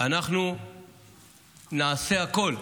אנחנו נעשה הכול.